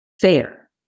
fair